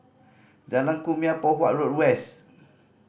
Jalan Kumia Poh Huat Road West